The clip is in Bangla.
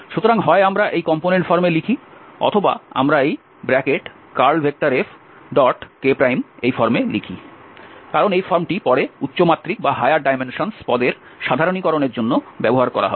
সুতরাং হয় আমরা এই কম্পোনেন্ট ফর্মে লিখি অথবা আমরা এই curlFk ফর্মে লিখি কারণ এই ফর্মটি পরে উচ্চ মাত্রিক পদের সাধারণীকরণের জন্য ব্যবহার করা হবে